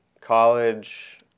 College